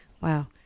Wow